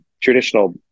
traditional